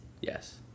Yes